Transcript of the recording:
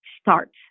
starts